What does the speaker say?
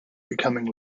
becoming